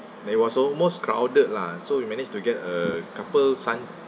then it was so most crowded lah so we manage to get a couple sun